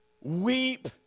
weep